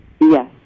Yes